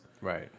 Right